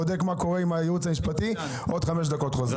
בודק מה קורה עם היעוץ המשפטי ולאחר מכן חוזרים להמשך הדיון.